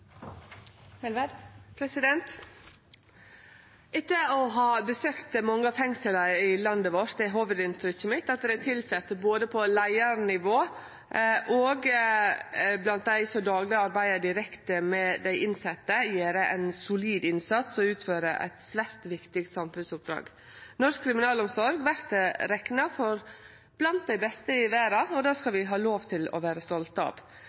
mitt at dei tilsette, både på leiarnivå og blant dei som dagleg arbeider direkte med dei innsette, gjer ein solid innsats og utfører eit svært viktig samfunnsoppdrag. Norsk kriminalomsorg vert rekna for å vere blant dei beste i verda, og det skal vi ha lov til å vere stolte av.